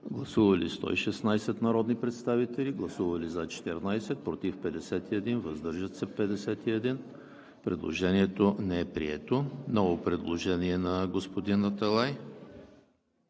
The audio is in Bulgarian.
Гласували 116 народни представители: за 14, против 51, въздържали се 51. Предложението не е прието. Ново предложение на господин Аталай